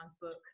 book